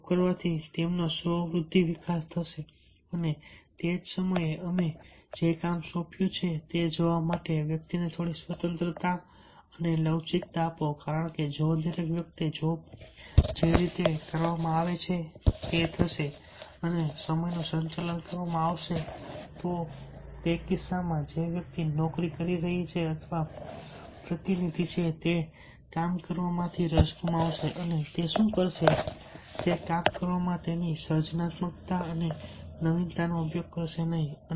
job કરવાથી તેમનો સ્વ વૃદ્ધિ અને વિકાસ થશે અને તે જ સમયે અમે જે કામ સોંપ્યું છે તે જોવા માટે વ્યક્તિને થોડી સ્વતંત્રતા અને લવચીકતા આપો કારણ કે જો દરેક વખતે જોબ જે રીતે નક્કી કરવામાં આવે છે તે થશે અને સમયનું સંચાલન કરવામાં આવશે તો તે કિસ્સામાં જે વ્યક્તિ નોકરી કરી રહી છે અથવા પ્રતિનિધિ છે તે કામ કરવામાં રસ ગુમાવશે તે શું કરશે તે કામ કરવામાં તેની સર્જનાત્મકતા અને નવીનતાનો ઉપયોગ કરશે નહીં